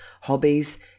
hobbies